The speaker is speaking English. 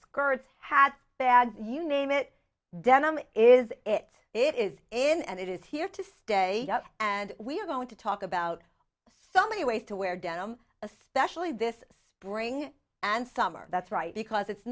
skirts had their you name it denim is it it is in and it is here to stay and we're going to talk about so many ways to wear denim especially this spring and summer that's right because it's